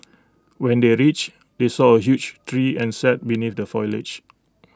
when they are reached they saw A huge tree and sat beneath the foliage